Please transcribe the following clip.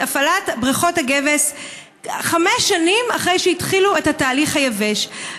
הפעלת בריכות הגבס חמש שנים אחרי שהתחילו את התהליך היבש.